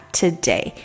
today